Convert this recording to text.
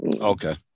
Okay